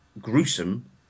gruesome